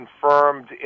confirmed